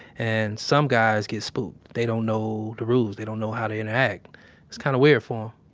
and, some guys get spooked. they don't know the rules. they don't know how to interact. it's kind of weird for